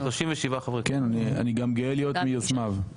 אני גם גאה להיות מיוזמיו.